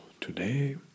today